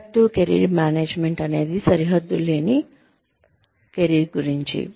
proactive career management అనేది హద్దులేని career గురించి